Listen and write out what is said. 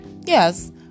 Yes